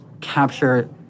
capture